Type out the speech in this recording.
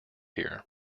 here